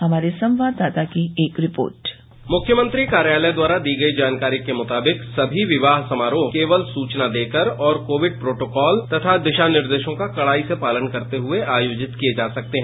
हमारे संवाददाता की एक रिपोर्ट मुख्यमंत्री कार्यालय द्वारा दी गई जानकारी के मुताबिक सभी विवाह समारोह केवल सूचना देकर और कोविड प्रोटोकॉल तथा दिशा निर्देशॉ का कड़ाई से पालन करते हुए आयोजित किये जा सकते हैं